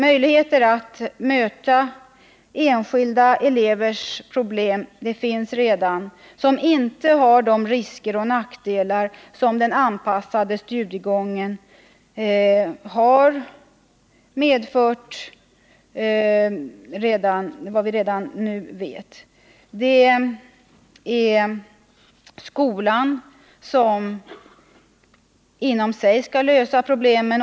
Möjligheter att möta enskilda elevers problem finns redan, möjligheter som inte har de risker och nackdelar som den anpassade studiegången kan ha och har haft. Det är skolan som inom sig skall lösa problemen.